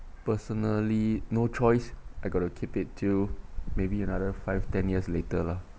personally no choice I got to keep it till maybe another five ten years later lah